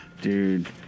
Dude